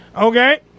Okay